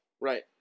Right